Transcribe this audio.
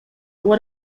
what